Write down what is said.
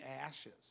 ashes